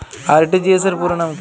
RTGS পুরো নাম কি?